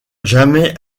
jamais